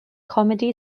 comedy